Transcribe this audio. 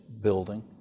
building